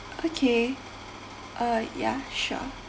okay uh ya sure